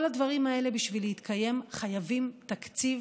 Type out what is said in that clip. כל הדברים האלה, בשביל להתקיים, חייבים תקציב